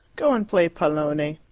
go and play pallone.